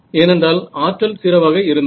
ஏனென்றால் ஆற்றல் 0 ஆக இருந்தது